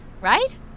Right